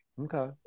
Okay